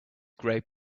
great